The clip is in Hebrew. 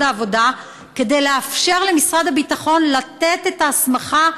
העבודה כדי לאפשר למשרד הביטחון לתת את ההסמכה,